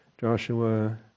Joshua